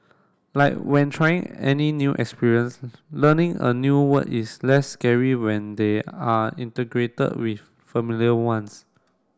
like when trying any new experience learning a new word is less scary when they are integrated with familiar ones